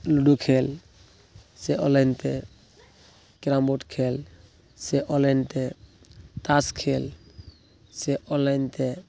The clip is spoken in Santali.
ᱞᱩᱰᱩ ᱠᱷᱮᱞ ᱥᱮ ᱚᱱᱞᱟᱭᱤᱱᱛᱮ ᱠᱮᱨᱟᱢᱵᱳᱨᱰ ᱠᱷᱮᱞ ᱥᱮ ᱚᱱᱞᱟᱭᱤᱱᱛᱮ ᱛᱟᱥ ᱠᱷᱮᱞ ᱥᱮ ᱚᱱᱞᱟᱭᱤᱱᱛᱮ